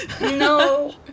no